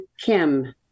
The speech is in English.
Kim